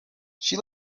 she